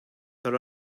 her